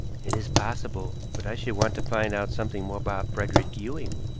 it is possible, but i should want to find out something more about frederick ewing,